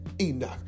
Enoch